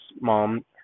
mom